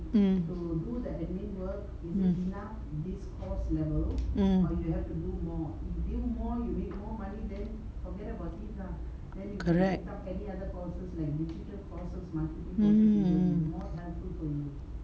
mm mm mm correct mm